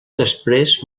després